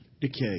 decay